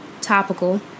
topical